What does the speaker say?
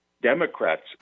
democrats